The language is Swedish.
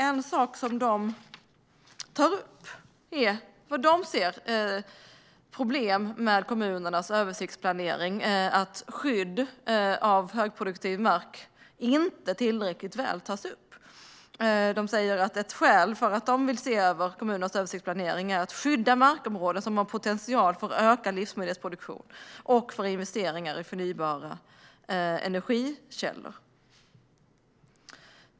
En sak som de tar upp, där de ser problem med kommunernas översiktsplanering, är att skydd av högproduktiv mark inte tillräckligt väl tas upp. De säger att ett skäl att se över kommunernas översiktsplanering är att skydda markområden som har potential för ökad livsmedelsproduktion och för investeringar i förnybara energikällor.